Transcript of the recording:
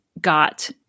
got